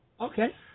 Okay